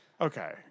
okay